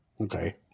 Okay